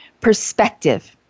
perspective